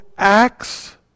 acts